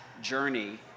journey